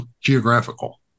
geographical